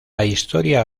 historia